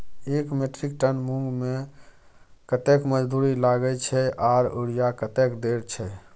एक metric ton मूंग में कतेक मजदूरी लागे छै आर यूरिया कतेक देर छै?